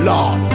Lord